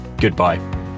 Goodbye